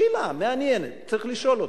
שאלה מעניינת, צריך לשאול אותה.